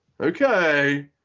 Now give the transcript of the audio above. okay